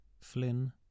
Flynn